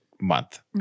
month